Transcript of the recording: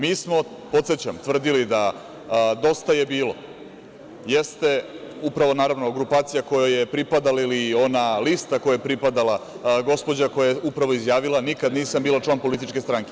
Mi smo, podsećam, tvrdili da Dosta je bilo jeste upravo, naravno, grupacija kojoj je pripadala ili ona lista kojoj je pripadala gospođa koja je upravo izjavila – nikad nisam bila član političke stranke.